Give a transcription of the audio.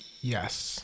Yes